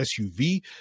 SUV